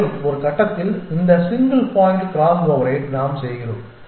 மேலும் ஒரு கட்டத்தில் இந்த சிங்கிள் பாயிண்ட் க்ராஸ்ஓவரை நாம் செய்கிறோம்